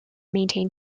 maintain